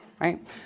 right